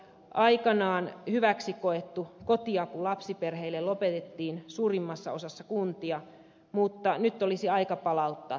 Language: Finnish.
aikanaan hyväksi koettu kotiapu lapsiperheille lopetettiin suurimmassa osassa kuntia mutta nyt olisi aika palauttaa tämä palvelu